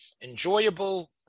enjoyable